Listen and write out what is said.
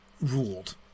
ruled